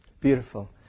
Beautiful